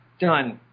Done